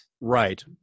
Right